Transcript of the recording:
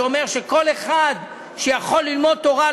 שאומר שכל אחד שיכול ללמוד תורה,